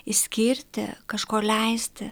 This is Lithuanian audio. išskirti kažko leisti